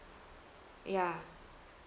ya